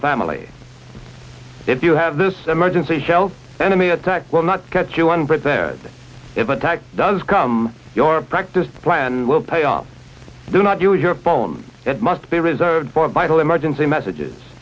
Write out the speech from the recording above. family if you have this emergency shelter enemy attack will not get you one but they're if attacked does come your practiced plan will pay off do not use your phone it must be reserved for vital emergency messages